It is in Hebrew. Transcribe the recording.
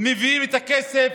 מביאים את הכסף